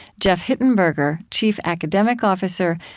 jeff hittenberger, chief academic officer,